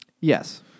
Yes